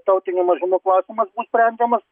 tautinių mažumų klausimas sprendžiamas